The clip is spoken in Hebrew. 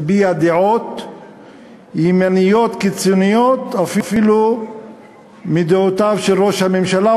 מביע דעות ימניות קיצוניות אפילו מדעותיו של ראש הממשלה,